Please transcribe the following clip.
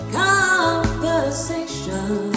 conversation